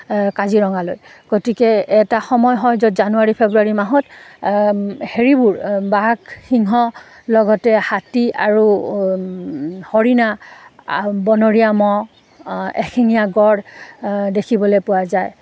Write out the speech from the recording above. কাজিৰঙালৈ গতিকে এটা সময় হয় য'ত জানুৱাৰী ফেব্ৰুৱাৰী মাহত হেৰিবোৰ বাঘ সিংহ লগতে হাতী আৰু হৰিণা বনৰীয়া ম'হ এশিঙীয়া গঁড় দেখিবলৈ পোৱা যায়